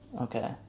Okay